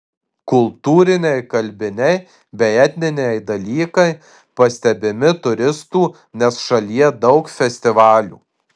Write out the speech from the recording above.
kultūriniai kalbiniai bei etniniai dalykai pastebimi turistų nes šalyje daug festivalių